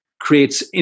creates